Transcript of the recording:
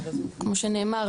כמו שנאמר,